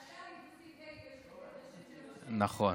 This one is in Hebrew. נכון.